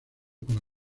para